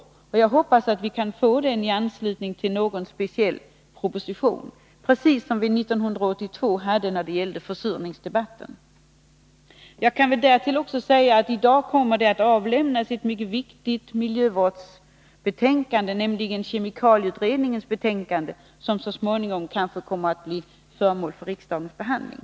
Jag hoppas att vi kan få en sådan i anslutning till någon speciell proposition, precis som vi hade 1982 då det gällde försurningsdebatten. I dag kommer ett mycket viktigt miljövårdsbetänkande att avlämnas, nämligen kemikalieutredningens betänkande, som så småningom kanske kommer att bli föremål för riksdagens behandling.